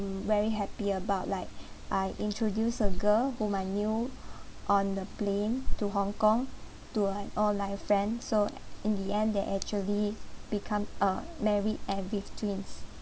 mm very happy about like I introduced a girl whom I knew on the plane to hong kong to like online friend so in the end there actually become uh married and with twins